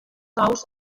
ous